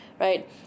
right